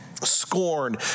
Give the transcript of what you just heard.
scorn